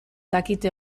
dakite